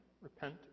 Repent